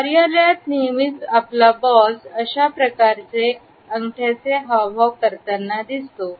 कार्यालयात नेहमीच आपला बॉस अशाप्रकारे अंगठ्याचे हावभाव करताना दिसतो